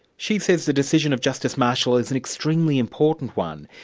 she says the decision of justice marshall is an extremely important one.